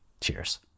Cheers